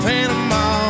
Panama